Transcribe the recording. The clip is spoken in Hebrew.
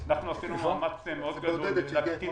אנחנו עשינו מאמץ מאוד גדול להקטין